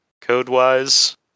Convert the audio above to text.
code-wise